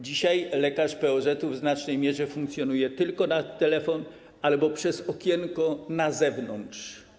Dzisiaj lekarz POZ-u w znacznej mierze funkcjonuje tylko na telefon albo przez okienko na zewnątrz.